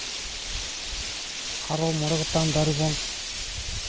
ᱟᱨᱚ ᱢᱚᱬᱮ ᱜᱚᱴᱟᱝ ᱫᱟᱨᱮ ᱵᱚᱱ